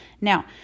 Now